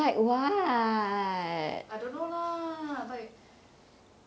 I don't know lah like